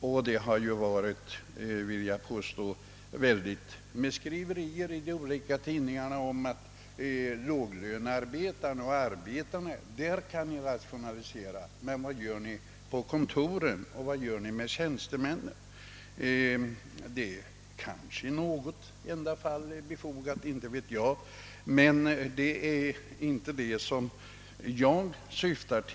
I olika tidningar har det förekommit en mängd skriverier på temat: Bland arbetarna, särskilt låglönearbetarna, kan ni rationalisera, men vad gör ni med tjänstemännen på kontoren? Kanske är detta: resonemang i något enda fall befogat, men det är inte min mening att diskutera det.